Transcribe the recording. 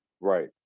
Right